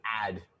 add